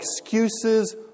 excuses